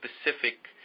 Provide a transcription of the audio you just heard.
specific